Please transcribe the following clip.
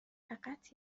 فقط